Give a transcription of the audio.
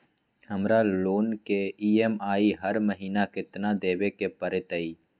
हमरा लोन के ई.एम.आई हर महिना केतना देबे के परतई?